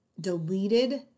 deleted